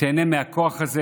תיהנה מהכוח הזה?